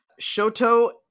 Shoto